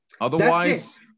Otherwise